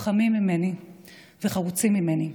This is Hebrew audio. חכמים ממני וחרוצים ממני,